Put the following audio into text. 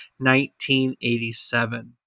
1987